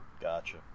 Gotcha